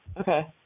okay